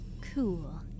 Cool